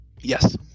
Yes